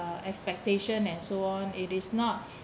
uh expectation and so on it is not